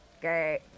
Great